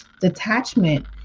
detachment